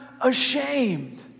ashamed